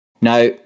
Now